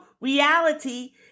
reality